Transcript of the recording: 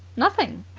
nothing!